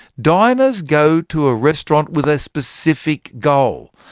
diners go to a restaurant with a specific goal.